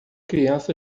criança